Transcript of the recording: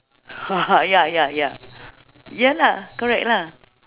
ya ya ya ya lah correct lah